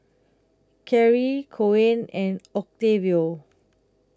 Carry Coen and Octavio